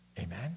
Amen